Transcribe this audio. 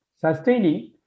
sustaining